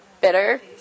Bitter